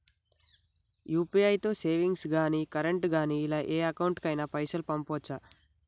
UPI తో savings గాని current గాని ఇలా ఏ అకౌంట్ కైనా పైసల్ పంపొచ్చా?